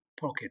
pocket